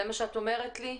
זה מה שאת אומרת לי?